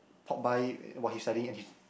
pop by while he's studying and he's